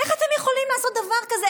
איך אתם יכולים לעשות דבר כזה?